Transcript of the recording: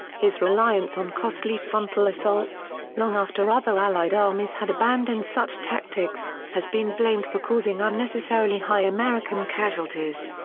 his reliance on costly frontal assaults, long after other allied armies had abandoned such tactics, has been blamed for causing unnecessarily high american casualties.